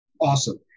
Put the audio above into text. Awesome